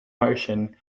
motion